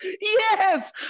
yes